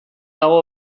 dago